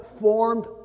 formed